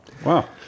Wow